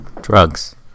drugs